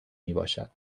میباشد